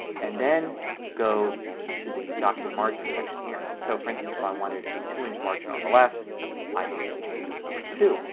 and then go to the document margin section here. so, for instance, if i wanted a two inch margin on the left i could just change this number to two.